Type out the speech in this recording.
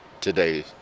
today